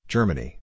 Germany